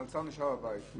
המלצר נשאר בבית,